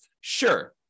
Sure